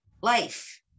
life